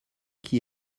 qui